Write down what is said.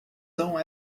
são